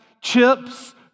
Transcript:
chips